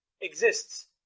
exists